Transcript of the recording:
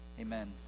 Amen